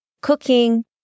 cooking